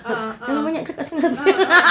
ah ah ah ah